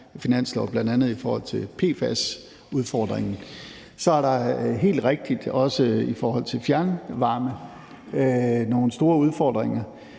bl.a. i forhold til PFAS-udfordringen. Så er der helt rigtigt også i forhold til fjernvarme nogle store udfordringer,